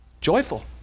joyful